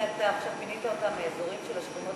אם אתה עכשיו פינית אותם מהאזורים של השכונות